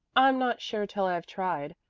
i'm not sure till i've tried.